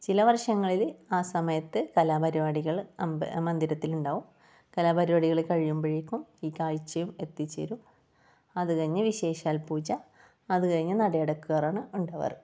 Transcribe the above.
ചില വർഷങ്ങളിൽ ആ സമയത്ത് കലാപരിപാടികൾ മന്ദിരത്തിൽ ഉണ്ടാകും കലാപരിപാടികൾ കഴിയുമ്പോഴേക്കും ഈ കാഴ്ചയും എത്തിച്ചേരും അത് കഴിഞ്ഞ് വിശേഷാൽ പൂജ അത് കഴിഞ്ഞ് നടയടക്കാറാണ് ഉണ്ടാവാറ്